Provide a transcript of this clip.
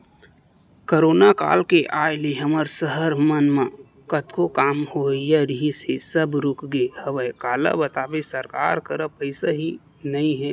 corona काल के आय ले हमर सहर मन म कतको काम होवइया रिहिस हे सब रुकगे हवय काला बताबे सरकार करा पइसा ही नइ ह